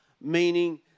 meaning